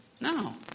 No